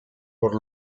por